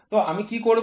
তো আমি কী করব